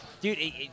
Dude